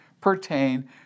pertain